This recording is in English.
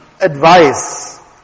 advice